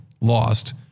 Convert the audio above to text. lost